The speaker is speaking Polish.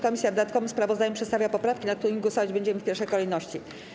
Komisja w dodatkowym sprawozdaniu przedstawia poprawki, nad którymi głosować będziemy w pierwszej kolejności.